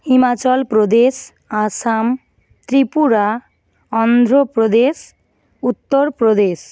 Himachal Pradesh Assam Tripura Andhra Pradesh Uttar Pradesh